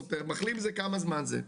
מחלים, כמה זמן זה?